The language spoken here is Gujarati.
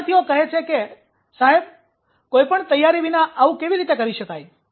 તો વિધ્યાર્થીઓ કહે છે કે સાહેબ કોઈપણ તૈયારી વિના આવું કેવી રીતે કરી શકાય